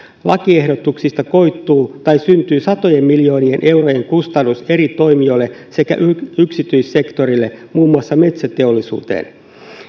lakiehdotuksista koituu tai syntyy satojen miljoonien eurojen kustannus eri toimijoille sekä yksityissektorille muun muassa metsäteollisuuteen